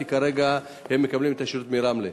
כי כרגע הם מקבלים את השירות מרמלה?